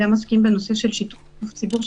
גם עוסקים של שיתוף הציבור,